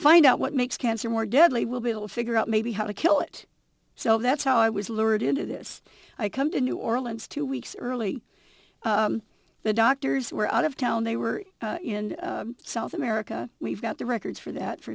find out what makes cancer more deadly we'll be able to figure out maybe how to kill it so that's how i was alerted to this i come to new orleans two weeks early the doctors were out of town they were in south america we've got the records for that for